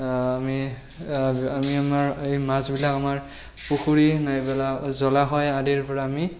আমি আমি আমাৰ এই মাছবিলাক আমাৰ পুখুৰী নাইবা জলাশয় আদিৰ পৰা আমি